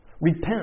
Repent